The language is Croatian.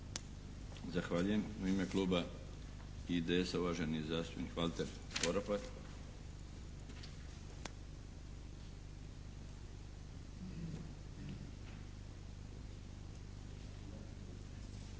Zahvaljujem. U ime kluba IDS-a, uvaženi zastupnik Valter Poropat.